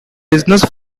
business